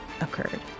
occurred